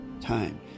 time